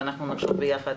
ונחשוב ביחד